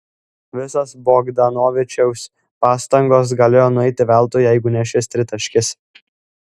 visos bogdanovičiaus pastangos galėjo nueiti veltui jeigu ne šis tritaškis